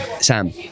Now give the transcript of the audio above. Sam